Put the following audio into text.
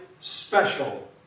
special